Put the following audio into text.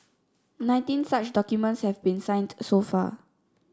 nineteen such documents have been signed so far